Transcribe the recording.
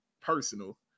personal